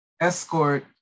escort